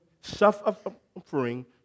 suffering